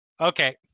Okay